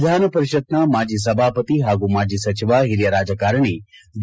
ವಿಧಾನ ಪರಿಷತ್ ಮಾಜಿ ಸಭಾಪತಿ ಹಾಗೂ ಮಾಜಿ ಸಚಿವ ಓರಿಯ ರಾಜಕಾರಣಿ ಡಿ